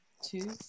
two